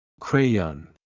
Crayon